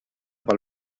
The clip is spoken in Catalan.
pel